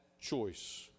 choice